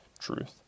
truth